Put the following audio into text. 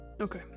Okay